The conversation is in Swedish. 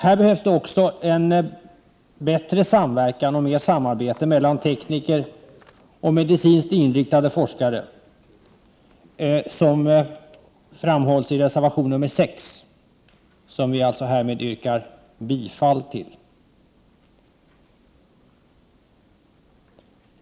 Det behövs också bättre samverkan och mer samarbete mellan tekniker och medicinskt inriktade forskare, vilket framhålls i reservation 4, som vi härmed yrkar bifall till.